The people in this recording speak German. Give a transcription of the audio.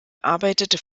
arbeitete